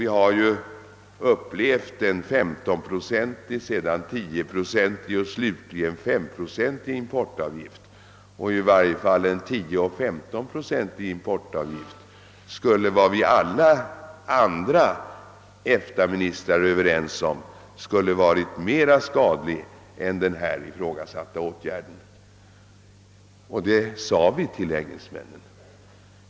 Vi har ju upp” levt en 15-procentig, sedan 10-procentig och slutligen 5-procentig importavgift. I varje fall en 10 eller 15-procentig importavgift skulle — det var vi alla andra EFTA-ministrar överens om — ha varit mera skadlig än den här ifrågasatta åtgärden. Det sade vi också till engelsmännen.